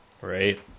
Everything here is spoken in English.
right